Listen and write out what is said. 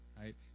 right